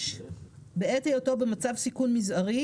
בעת היותו במצב סיכון מזערי,